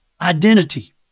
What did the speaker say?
identity